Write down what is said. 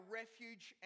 refuge